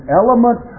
element